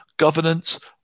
governance